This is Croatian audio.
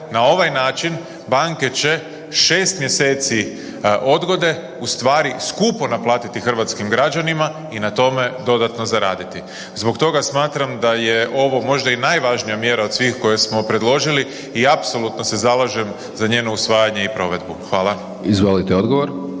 na ovaj način banke će 6 mjeseci odgode ustvari skupo naplatiti hrvatskim građanima i na tome dodatno zaraditi. Zbog toga smatram da je ovo možda i najvažnija mjera od svih koje smo predložili i apsolutno se zalažem za njeno usvajanje i provedbu. Hvala. **Hajdaš